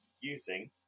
using